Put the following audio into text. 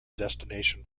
destination